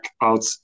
out